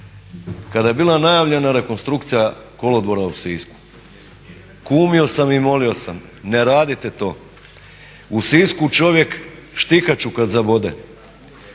Kada je bila najavljena rekonstrukcija kolodvora u Sisku, kumio sam i molio sam ne radite to. U Sisku čovjek štihaču kad zabode